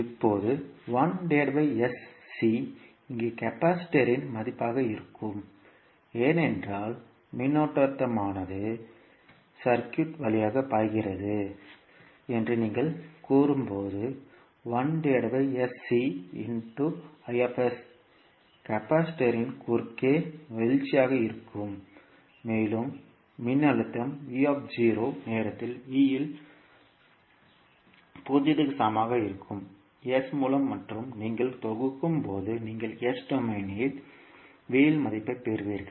இப்போது இங்கே கெபாசிட்டரின் மதிப்பாக இருக்கும் ஏனென்றால் மின்னோட்டமானது சர்க்யூட் வழியாக பாய்கிறது என்று நீங்கள் கூறும்போது கள் கெபாசிட்டரின் குறுக்கே வீழ்ச்சியாக இருக்கும் மேலும் மின்னழுத்தம் v0 நேரத்தில் v இல் 0 மற்றும் 0 க்கு சமமாக இருக்கும் S மூலம் மற்றும் நீங்கள் தொகுக்கும்போது நீங்கள் S டொமைனில் v இல் மதிப்பைப் பெறுவீர்கள்